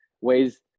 ways